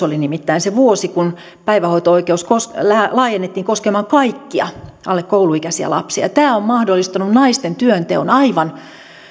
oli nimittäin se vuosi kun päivähoito oikeus laajennettiin koskemaan kaikkia alle kouluikäisiä lapsia tämä on mahdollistanut naisten työnteon aivan